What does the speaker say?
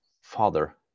father